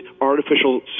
artificial